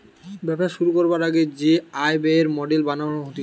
ব্যবসা শুরু করবার আগে যে আয় ব্যয়ের মডেল বানানো হতিছে